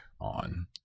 on